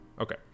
Okay